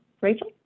Rachel